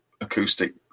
acoustic